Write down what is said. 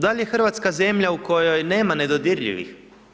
Dal' je Hrvatska zemlja u kojoj nema nedodirljivih?